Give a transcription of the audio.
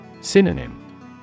Synonym